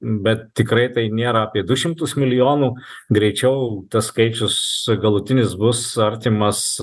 bet tikrai tai nėra apie du šimtus milijonų greičiau tas skaičius galutinis bus artimas